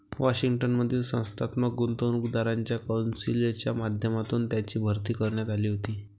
Washington मधील संस्थात्मक गुंतवणूकदारांच्या कौन्सिलच्या माध्यमातून त्यांची भरती करण्यात आली होती